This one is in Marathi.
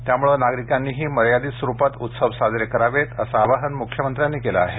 त्यामुळे नागरिकांनीही मर्यादित स्वरुपात उत्सव साजरे करावे असं आवाहन मुख्यमंत्र्यांनी केलं आहे